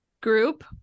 group